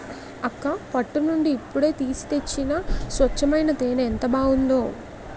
అక్కా పట్టు నుండి ఇప్పుడే తీసి తెచ్చిన స్వచ్చమైన తేనే ఎంత బావుందో